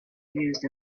used